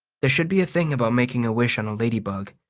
there should be a thing about making a wish on a ladybug.